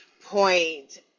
point